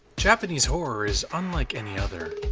japanese horror is unlike any other.